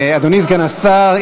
אדוני סגן השר,